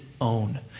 own